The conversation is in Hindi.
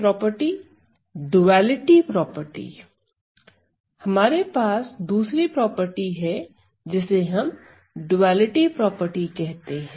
5 ड्युअलिटी प्रॉपर्टी हमारे पास दूसरी प्रॉपर्टी है जिसे हम ड्युअलिटी प्रॉपर्टी कहते हैं